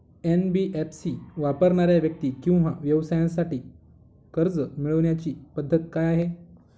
NBFC वापरणाऱ्या व्यक्ती किंवा व्यवसायांसाठी कर्ज मिळविण्याची पद्धत काय आहे?